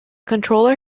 controller